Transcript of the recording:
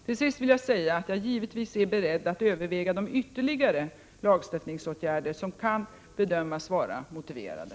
Till sist vill jag säga att jag givetvis är beredd att överväga de ytterligare lagstiftningsåtgärder som kan bedömas vara motiverade.